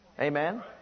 Amen